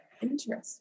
Interesting